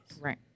Right